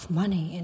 money